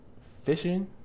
fishing